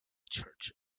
church